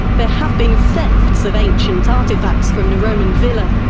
there have been thefts of ancient artefacts from the roman villa.